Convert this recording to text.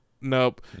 Nope